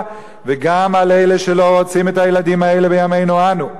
וגם על אלה שלא רוצים את הילדים האלה בימינו אנו.